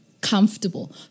comfortable